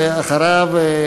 ואחריו,